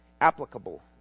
applicable